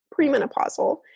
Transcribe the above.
premenopausal